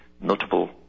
notable